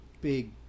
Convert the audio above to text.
big